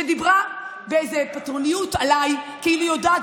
שדיברה באיזו פטרונות עליי כאילו היא יודעת